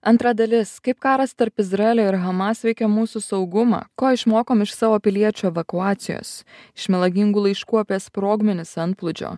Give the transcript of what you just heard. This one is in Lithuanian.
antra dalis kaip karas tarp izraelio ir hamas veikia mūsų saugumą ko išmokom iš savo piliečių evakuacijos iš melagingų laiškų apie sprogmenis antplūdžio